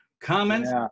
comments